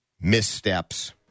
missteps